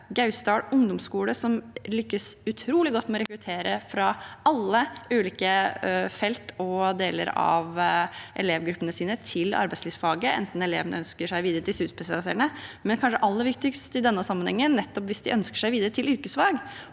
Gausdal ungdomsskole, som lykkes utrolig godt med å rekruttere fra alle ulike felt og deler av elevgruppene sine til arbeidslivsfaget, enten elevene ønsker seg videre til studiespesialiserende, eller – og kanskje aller viktigst i denne sammenhengen – hvis de ønsker seg videre til yrkesfag.